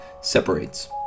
separates